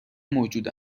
موجود